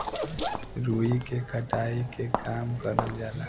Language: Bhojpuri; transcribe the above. रुई के कटाई के काम करल जाला